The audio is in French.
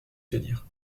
tenir